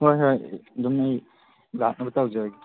ꯍꯣꯏ ꯍꯣꯏ ꯑꯗꯨꯝ ꯑꯩ ꯂꯥꯛꯅꯕ ꯇꯧꯖꯔꯒꯦ